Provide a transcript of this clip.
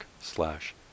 slash